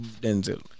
Denzel